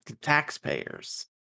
Taxpayers